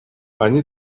они